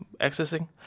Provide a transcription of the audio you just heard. accessing